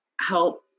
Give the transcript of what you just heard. help